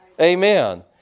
Amen